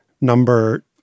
number